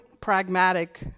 pragmatic